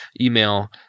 email